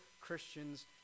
Christians